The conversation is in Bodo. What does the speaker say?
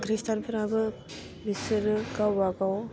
ख्रिष्टानफोराबो बिसोरो गावबागाव